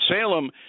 Salem